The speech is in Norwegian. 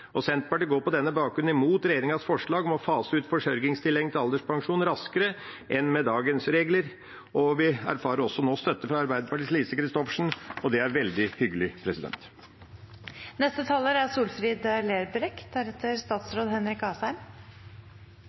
Senterpartiet går på denne bakgrunn mot regjeringens forslag om å fase ut forsørgingstillegget til alderspensjonen raskere enn med dagens regler. Vi erfarer nå at det er støtte fra Arbeiderpartiets Lise Christoffersen, og det er veldig hyggelig. Dette er